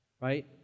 right